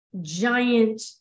giant